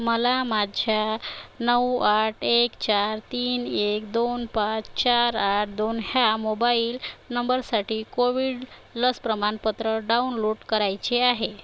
मला माझ्या नऊ आठ एक चार तीन एक दोन पाच चार आठ दोन ह्या मोबाईल नंबरसाठी कोविड लस प्रमाणपत्र डाउनलोड करायचे आहे